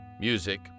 Music